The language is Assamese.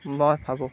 মই ভাবোঁ